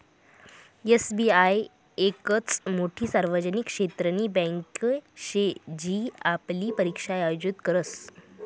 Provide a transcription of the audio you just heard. SBI येकच मोठी सार्वजनिक क्षेत्रनी बँके शे जी आपली परीक्षा आयोजित करस